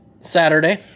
Saturday